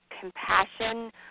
compassion